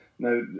Now